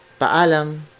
paalam